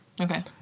Okay